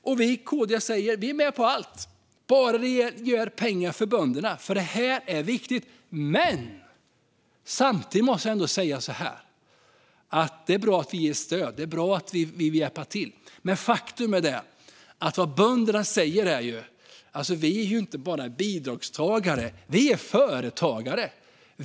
Och vi i KD säger att vi är med på allt, bara det ger mer pengar till bönderna, för det är viktigt. Samtidigt måste jag ändå säga att det är bra att vi ger stöd och vill hjälpa till, men faktum är att vad bönderna säger är: Vi är inte bara bidragstagare, vi är företagare.